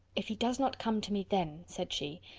if he does not come to me, then, said she,